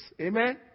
Amen